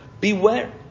beware